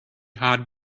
had